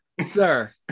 sir